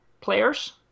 players